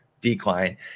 Decline